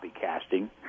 casting